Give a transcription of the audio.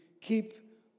keep